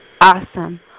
awesome